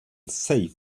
save